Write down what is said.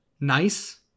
nice